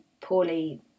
Poorly